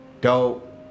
dope